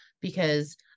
because-